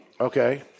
Okay